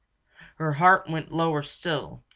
her heart went lower still,